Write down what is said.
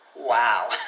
Wow